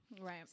right